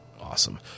Awesome